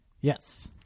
Yes